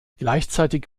gleichzeitig